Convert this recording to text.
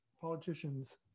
politicians